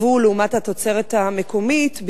ואנחנו צריכים תמיד לשקול את היבוא לעומת התוצרת המקומית,